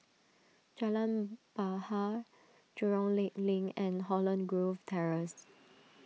Jalan Bahar Jurong Lake Link and Holland Grove Terrace